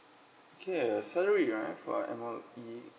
okay salary right for M_O_E